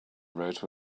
wrote